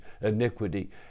iniquity